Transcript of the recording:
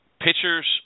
pitchers